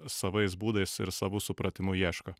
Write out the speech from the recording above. savais būdais ir savu supratimu ieško